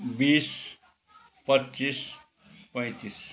बिस पच्चिस पैँतिस